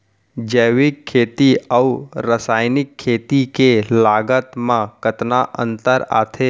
जैविक खेती अऊ रसायनिक खेती के लागत मा कतना अंतर आथे?